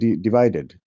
divided